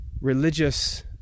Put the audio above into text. religious